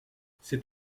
cet